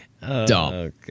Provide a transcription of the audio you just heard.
dumb